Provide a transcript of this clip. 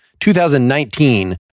2019